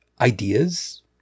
ideas